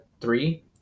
three